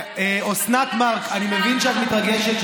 לא ראש הממשלה אמר,